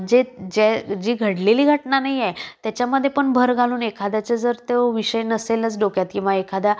जे जे जी घडलेली घटना नाही आहे त्याच्यामध्ये पण भर घालून एखाद्याच जर तो विषय नसेलच डोक्यात किंवा एखाद्या